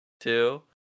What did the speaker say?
two